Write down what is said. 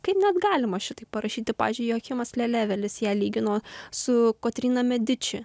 kaip net galima šitaip parašyti pavyzdžiui joachimas lelevelis ją lygino su kotryna mediči